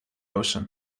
ocean